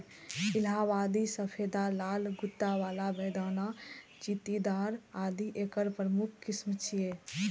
इलाहाबादी सफेदा, लाल गूद्दा बला, बेदाना, चित्तीदार आदि एकर प्रमुख किस्म छियै